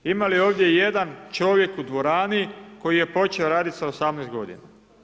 Ima li ovdje ijedan čovjek u dvorani koji je počeo raditi sa 18 godina?